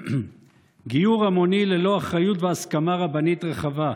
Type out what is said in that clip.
גיור המוני ללא אחריות והסכמה רבנית רחבה,